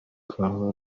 kahawe